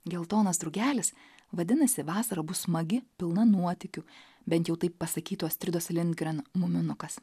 geltonas drugelis vadinasi vasara bus smagi pilna nuotykių bent jau taip pasakytų astridos lindgren muminukas